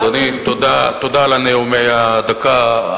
אדוני, תודה על נאומי הדקה.